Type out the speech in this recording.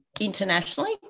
internationally